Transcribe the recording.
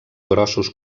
grossos